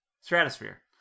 stratosphere